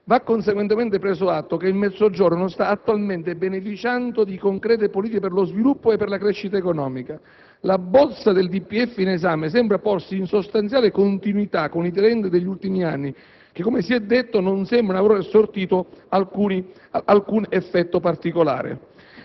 Va conseguentemente preso atto che il Mezzogiorno non sta attualmente beneficiando di concrete politiche per lo sviluppo e la crescita economica. La bozza di DPEF in esame sembra porsi in sostanziale continuità con i *trend* degli ultimi anni, che, come si è detto, non sembrano aver sortito concreti effetti.